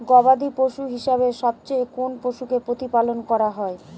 গবাদী পশু হিসেবে সবচেয়ে কোন পশুকে প্রতিপালন করা হয়?